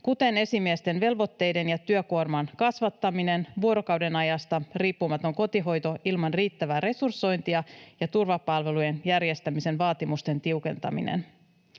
kuten esimiesten velvoitteiden ja työkuorman kasvattaminen, vuorokaudenajasta riippumaton kotihoito ilman riittävää resursointia ja turvapalvelujen järjestämisen vaatimusten tiukentaminen.